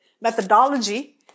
methodology